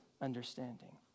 understanding